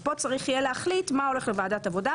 ופה צריך יהיה להחליט מה הולך לוועדת העבודה,